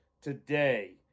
today